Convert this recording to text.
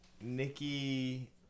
Nikki